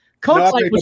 Coach